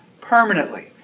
Permanently